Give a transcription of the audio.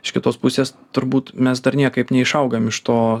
iš kitos pusės turbūt mes dar niekaip neišaugam iš to